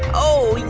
oh,